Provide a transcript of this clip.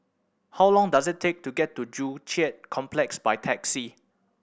how long does it take to get to Joo Chiat Complex by taxi